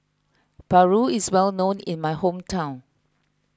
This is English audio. Paru is well known in my hometown